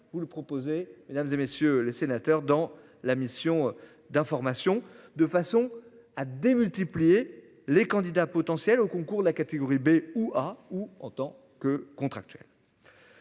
vous le proposez mesdames et messieurs les sénateurs dans la mission d'information de façon à démultiplier les candidats potentiels au concours de la catégorie B ou à ou en tant que contractuel.